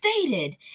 stated